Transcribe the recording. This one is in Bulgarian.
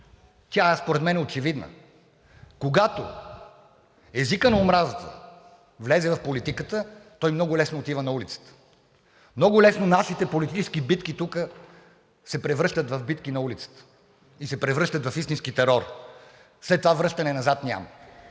Тя според мен е очевидна. Когато езикът на омразата влезе в политиката, той много лесно отива на улицата. Много лесно нашите политически битки тук се превръщат в битки на улицата и се превръщат в истински терор. След това връщане назад няма.